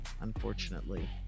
unfortunately